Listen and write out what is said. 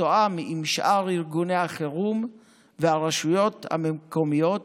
מתואם עם שאר ארגוני החירום והרשויות המקומיות